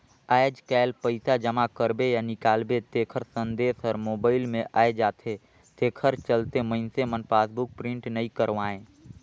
आयज कायल पइसा जमा करबे या निकालबे तेखर संदेश हर मोबइल मे आये जाथे तेखर चलते मइनसे मन पासबुक प्रिंट नइ करवायें